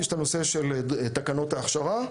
יש את הנושא של תקנות ההכשרה,